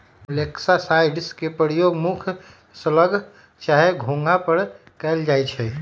मोलॉक्साइड्स के प्रयोग मुख्य स्लग चाहे घोंघा पर कएल जाइ छइ